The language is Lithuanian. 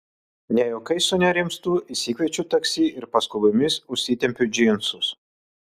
ne juokais sunerimstu išsikviečiu taksi ir paskubomis užsitempiu džinsus